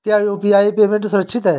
क्या UPI payment सुरक्षित है?